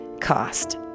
cost